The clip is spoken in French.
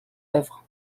œuvre